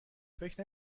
فکر